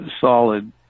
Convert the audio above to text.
solid